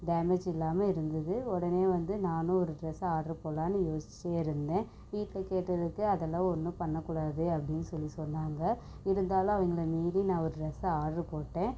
damage இல்லாமல் இருந்தது உடனே வந்து நானும் ட்ரெஸ் ஆர்டர் போடலாம்னு யோசிச்சுட்டு இருந்தேன் வீட்டில் கேட்டதுக்கு அதெல்லாம் ஒன்னும் பண்ண கூடாது அப்படினு சொல்லி சொன்னாங்க இருந்தாலும் அவங்களை மீறி நான் ஒரு ட்ரெஸ் ஆர்டர் போட்டேன்